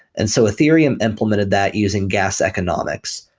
and so ethereum implemented that using gas economics.